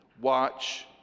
Watch